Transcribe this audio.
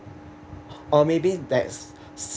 or maybe that's